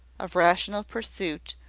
of rational pursuit,